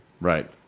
Right